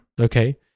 Okay